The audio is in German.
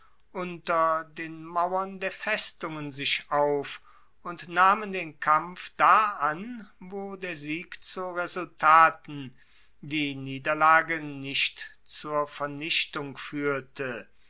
unter den mauern der festungen sich auf und nahmen den kampf da an wo der sieg zu resultaten die niederlage nicht zur vernichtung fuehrte